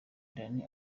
dani